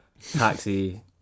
taxi